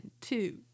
two